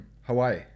Hawaii